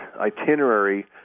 itinerary